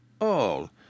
All